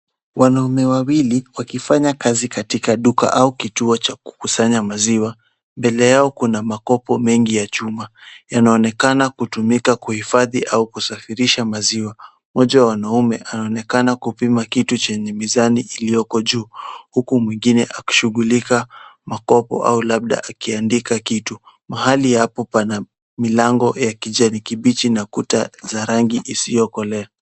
Wanaume wawili wakifanya kazi katika duka au kituo cha kukusanya maziwa. Mbele yao kuna makopo mengi ya chuma. Yanaonekana kutumika kuhifadhi au kusafirisha maziwa. Mmoja wa wanaume anaonekana kupima kitu chenye mizani iliyoko juu huku mwingine akishughulika makopo au labda akiandika kitu. Mahali hapo pana milango ya kijani kibichi na kuta za rangi isiyokolea.